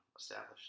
established